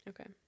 Okay